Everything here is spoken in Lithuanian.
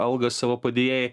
algą savo padėjėjai